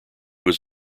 was